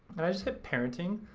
and i just hit parenting.